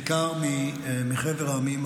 בעיקר מחבר המדינות,